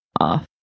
off